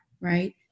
right